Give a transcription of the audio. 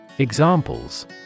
Examples